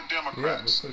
Democrats